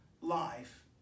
life